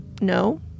no